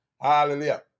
Hallelujah